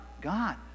God